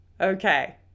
Okay